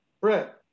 Brett